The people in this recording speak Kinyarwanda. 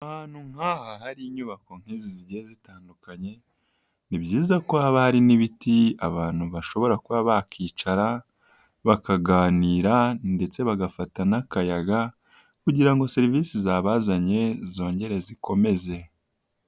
Ahantu nk'aha hari inyubako nk'izi zigiye zitandukanye, ni byiza ko haba hari n'ibiti, abantu bashobora kuba bakicara, bakaganira ndetse bagafata n'akayaga, kugira ngo serivisi zabazanye zongere zikomeze.